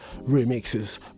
remixes